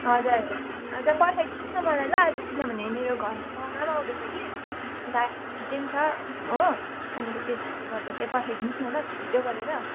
हजुर हजुर पठाइदिनुहोस् न मलाई ल किनभने मेरो घरमा पाहुना पनि आउँदैछ कि अन्त छ हो अन्तखेरि त्यसले गर्दा चाहिँ पठाइदिनुहोस् न ल छिटो गरेर